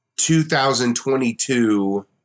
2022